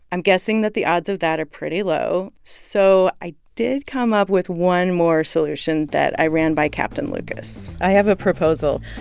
i'm guessing that the odds of that are pretty low, so i did come up with one more solution that i ran by captain lucas i have a proposal.